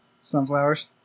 sunflowers